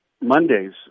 Mondays